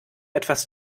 etwas